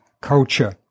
culture